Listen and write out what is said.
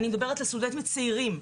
אני מדברת על סטודנטים צעירים,